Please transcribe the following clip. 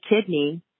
kidney